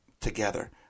together